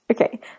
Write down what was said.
okay